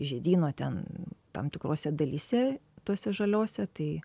žiedyno ten tam tikrose dalyse tose žaliose tai